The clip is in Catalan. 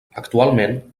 actualment